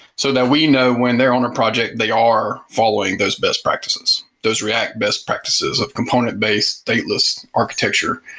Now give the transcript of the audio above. so that we know when they're on a project, they are following those best practices, those react best practices of component-based stateless architecture.